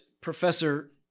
professor